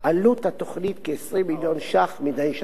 עלות התוכנית כ-20 מיליון ש"ח מדי שנה.